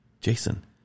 Jason